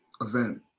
event